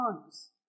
times